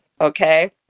okay